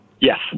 Yes